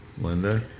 Linda